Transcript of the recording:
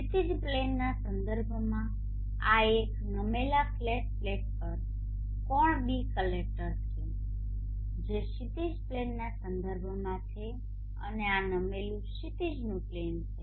ક્ષિતિજ પ્લેનના સંદર્ભમાં આ એક નમેલા ફ્લેટ પ્લેટ પર કોણ ß કલેક્ટર છે જે ક્ષિતિજ પ્લેનના સંદર્ભમાં છે અને આ નમેલું ક્ષિતિજનું પ્લેન છે